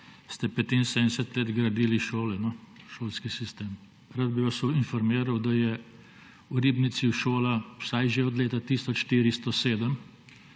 ste 75 let gradili šole oziroma šolski sistem. Rad bi vas informiral, da je v Ribnici šola vsaj že od leta 1407